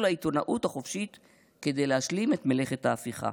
העיתונות החופשית כדי להשלים את מלאכת ההפיכה.